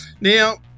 now